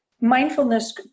mindfulness